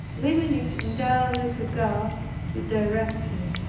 leaving it entirely to god to direct me.